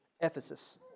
Ephesus